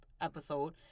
episode